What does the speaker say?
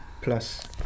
plus